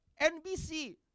nbc